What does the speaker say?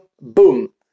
boom